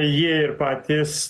jie ir patys